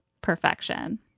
perfection